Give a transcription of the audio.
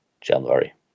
january